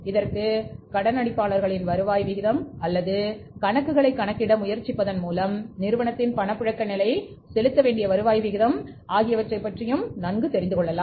இதற்கு கடனளிப்பாளர்களின் வருவாய் விகிதம் அல்லது கணக்குகளை கணக்கிட முயற்சிப்பதன் மூலம் நிறுவனத்தின் பணப்புழக்க நிலை செலுத்த வேண்டிய வருவாய் விகிதம் ஆகியவற்றைப் பற்றியும் நாம் தெரிந்து கொள்ளலாம்